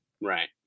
right